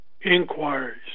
inquiries